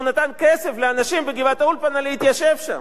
נתן כסף לאנשים בגבעת-האולפנה להתיישב שם,